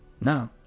No